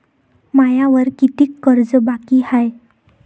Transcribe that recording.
मायावर कितीक कर्ज बाकी हाय?